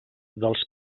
dels